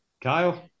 Kyle